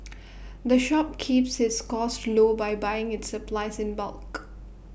the shop keeps its costs low by buying its supplies in bulk